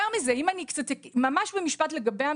בנוסף,